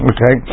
Okay